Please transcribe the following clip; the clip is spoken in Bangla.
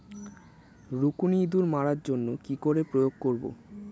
রুকুনি ইঁদুর মারার জন্য কি করে প্রয়োগ করব?